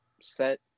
set